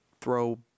throw